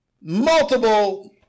multiple